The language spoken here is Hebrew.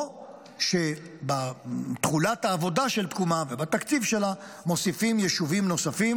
או שבתחולת העבודה של תקומה ובתקציב שלה מוסיפים יישובים נוספים.